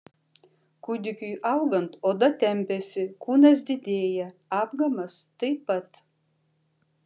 kūdikiui augant oda tempiasi kūnas didėja apgamas taip pat